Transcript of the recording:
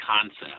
concept